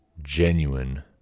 genuine